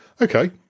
okay